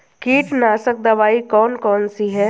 कीटनाशक दवाई कौन कौन सी हैं?